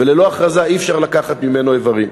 וללא הכרזה אי-אפשר לקחת ממנו איברים.